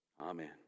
Amen